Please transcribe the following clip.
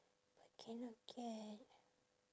but cannot get